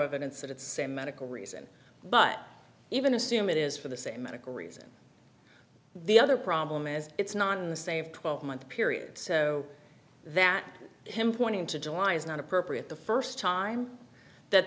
evidence that it's a medical reason but even assume it is for the same medical reason the other problem is it's not in the same twelve month period so that him pointing to july is not appropriate the first time that